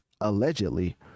allegedly